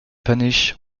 punish